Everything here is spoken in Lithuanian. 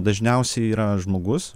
dažniausiai yra žmogus